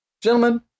gentlemen